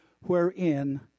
wherein